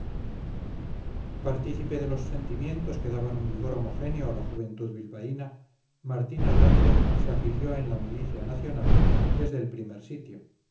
partícipe de los sentimientos que daban un vigor homogéneo a la juventud bilbaína martín arratia se afilió en la milicia nacional desde el primer sitio